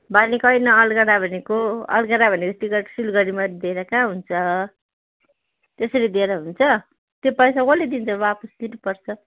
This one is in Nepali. भनेको होइन अलगडा भनेको अलगडा भनेर टिकट सिलगढीमा दिएर कहाँ हुन्छ त्यसरी दिएर हुन्छ त्यो पैसा कसले दिन्छ वापस दिनुपर्छ